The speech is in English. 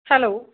hello